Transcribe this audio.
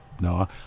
No